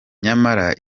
nyamara